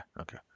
Okay